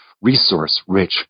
resource-rich